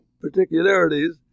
particularities